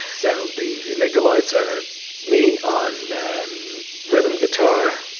so the the amygdaloids are me, on rhythm guitar,